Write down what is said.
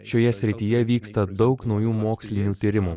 šioje srityje vyksta daug naujų mokslinių tyrimų